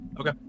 Okay